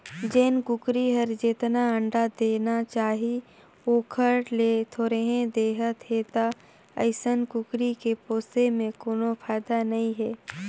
जेन कुकरी हर जेतना अंडा देना चाही ओखर ले थोरहें देहत हे त अइसन कुकरी के पोसे में कोनो फायदा नई हे